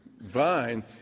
vine